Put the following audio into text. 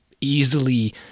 easily